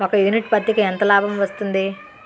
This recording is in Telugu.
ఒక యూనిట్ పత్తికి ఎంత లాభం వస్తుంది?